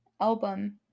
album